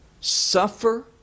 suffer